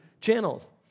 channels